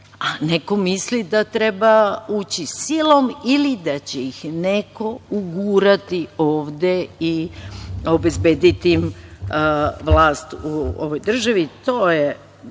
a neko misli da treba ući silom ili da će ih neko ugurati ovde i obezbediti im vlast u ovoj državi. To je